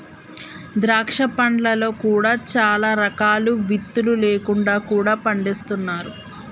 ద్రాక్ష పండ్లలో కూడా చాలా రకాలు విత్తులు లేకుండా కూడా పండిస్తున్నారు